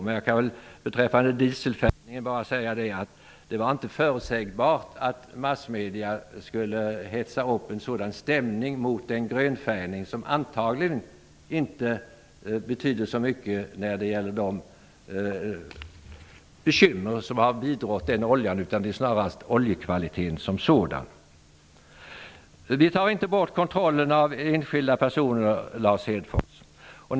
Men beträffande dieseln kan jag säga att det inte var förutsägbart att massmedierna skulle hetsa upp en sådan stämning mot den grönfärgning som antagligen inte betyder så mycket när det gäller de bekymmer som har vidrått den oljan, utan det gäller snarast oljekvaliteten som sådan. Vi tar inte bort kontrollen av enskilda personer, Lars Hedfors!